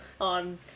on